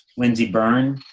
lindsay byrne,